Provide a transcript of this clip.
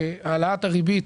העלאת הריבית